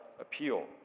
appeal